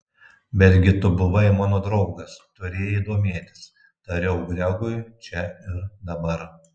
betgi tu buvai mano draugas turėjai domėtis tariau gregui čia ir dabar